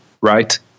Right